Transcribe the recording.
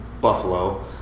Buffalo